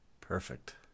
Perfect